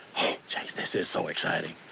jase, this is so exciting.